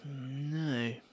No